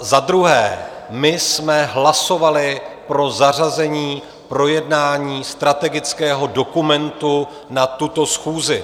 Za druhé, my jsme hlasovali pro zařazení projednání strategického dokumentu na tuto schůzi.